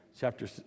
chapter